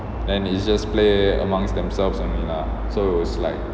and it's just play amongst themselves and me lah so is like